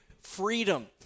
freedom